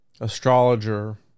astrologer